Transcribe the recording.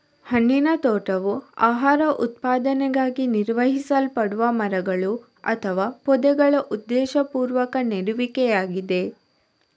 ಹಣ್ಣಿನ ತೋಟವು ಆಹಾರ ಉತ್ಪಾದನೆಗಾಗಿ ನಿರ್ವಹಿಸಲ್ಪಡುವ ಮರಗಳು ಅಥವಾ ಪೊದೆಗಳ ಉದ್ದೇಶಪೂರ್ವಕ ನೆಡುವಿಕೆಯಾಗಿದೆ